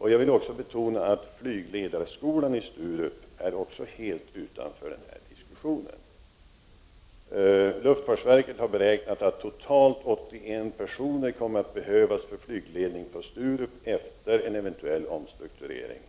Jag vill också betona att flygledarskolan i Sturup är helt utanför denna diskussion. Luftfartsverket har beräknat att totalt 81 personer kommer att behövas för flygledning på Sturup efter en eventuell omstrukturering.